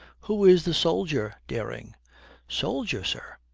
who is the soldier, dering soldier, sir?